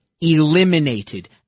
eliminated